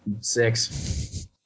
Six